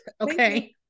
okay